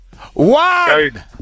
One